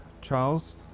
Charles